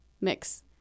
mix